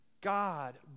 God